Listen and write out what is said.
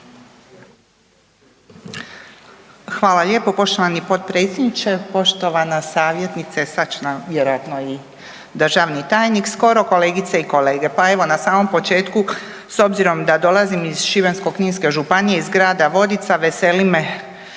Hvala lijepo poštovani potpredsjedniče. Poštovana savjetnice, sad će nam vjerojatno i državni tajnik skoro, kolegice i kolege, pa evo na samom početku s obzirom da dolazim iz Šibensko-kninske županije iz grada Vodica veseli me